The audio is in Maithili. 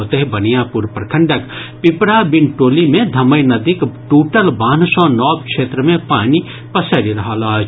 ओतहि बनियापुर प्रखंडक पिपरा बिन टोली मे धमई नदीक टूटल बान्ह सँ नव क्षेत्र मे पानि पसरि रहल अछि